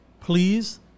Please